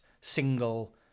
single